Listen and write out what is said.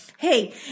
Hey